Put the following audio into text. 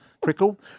Prickle